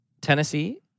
Tennessee